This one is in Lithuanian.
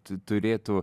tu turėtų